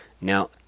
Now